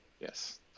Yes